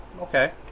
Okay